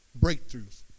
breakthroughs